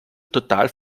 total